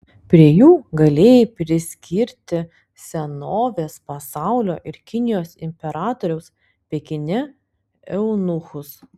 prie jų galėjai priskirti senovės pasaulio ir kinijos imperatoriaus pekine eunuchus